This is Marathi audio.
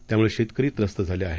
त्यामुळे शेतकरी त्रस्त झाले आहेत